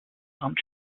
amt